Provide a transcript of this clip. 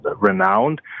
renowned